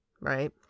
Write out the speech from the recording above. right